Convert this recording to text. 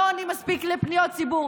לא עונים מספיק על פניות ציבור.